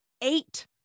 eight